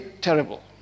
terrible